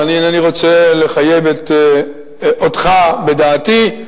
ואני אינני רוצה לחייב אותך בדעתי,